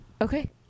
Okay